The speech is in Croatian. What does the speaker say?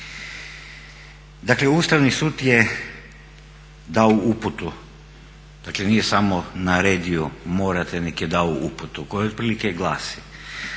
Dakle Ustavni sud je dao uputu, dakle nije samo naredio morate nego je dao uputu koja otprilike glasi